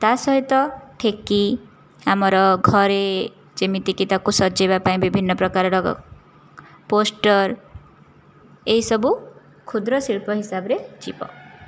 ତା' ସହିତ ଠେକୀ ଆମର ଘରେ ଯେମିତିକି ତାକୁ ସଜାଇବା ପାଇଁ ବିଭିନ୍ନ ପ୍ରକାରର ପୋଷ୍ଟର ଏହିସବୁ କ୍ଷୁଦ୍ର ଶିଳ୍ପ ହିସାବରେ ଯିବ